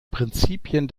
prinzipien